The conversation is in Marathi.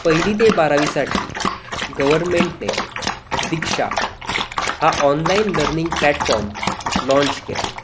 पहिली ते बारावीसाठी गव्हरमेंटने दिक्षा हा ऑनलाइन लर्निंग प्लॅटफॉम लॉन्च केला